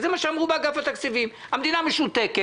זה מה שאמרו באגף התקציבים: המדינה משותקת,